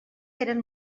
eren